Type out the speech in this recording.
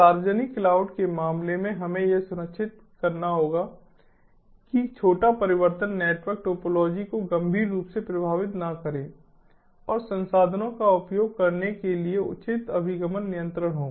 सार्वजनिक क्लाउड के मामले में हमें यह सुनिश्चित करना होगा कि छोटा परिवर्तन नेटवर्क टोपोलॉजी को गंभीर रूप से प्रभावित न करे और संसाधनों का उपयोग करने के लिए उचित अभिगम नियंत्रण हो